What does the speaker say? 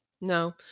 no